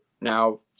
now